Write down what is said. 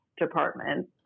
department